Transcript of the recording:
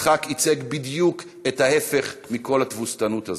יצחק ייצג בדיוק את ההפך מכל התבוסתנות הזו.